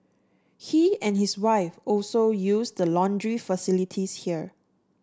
he and his wife also use the laundry facilities there